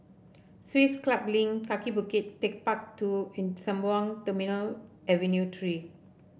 Swiss Club Link Kaki Bukit TechparK Two and Sembawang Terminal Avenue Three